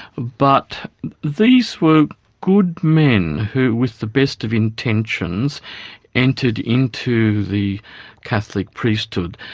but these were good men who with the best of intentions entered into the catholic priesthood.